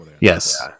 Yes